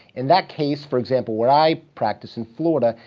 in that case, for example, where i practice, in florida,